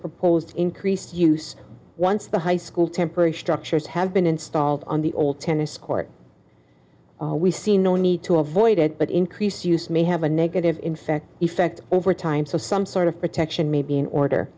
proposed increased use once the high school temporary structures have been installed on the old tennis court we see no need to avoid it but increase use may have a negative infect effect over time so some sort of protection may be in order